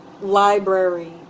library